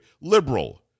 liberal